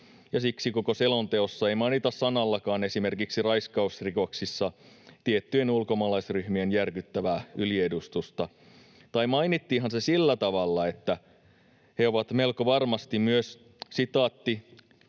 ja siksi koko selonteossa ei mainita sanallakaan esimerkiksi raiskausrikoksissa tiettyjen ulkomaalaisryhmien järkyttävää yliedustusta — tai mainittiinhan se sillä tavalla, että he ovat melko varmasti myös